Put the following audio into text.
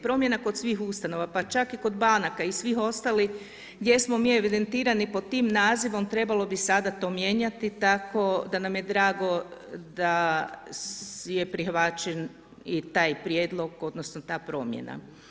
Promjena kod svih ustanova, pa čak i kod banaka i svih ostalih gdje smo mi evidentirani pod tim nazivom trebalo bi sada to mijenjati tako da nam je drago da je prihvaćen i taj prijedlog, odnosno ta promjena.